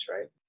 right